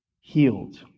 healed